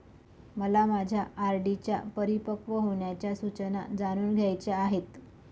मला माझ्या आर.डी च्या परिपक्व होण्याच्या सूचना जाणून घ्यायच्या आहेत